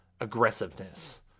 aggressiveness